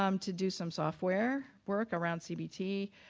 um to do some software work around cbt,